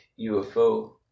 UFO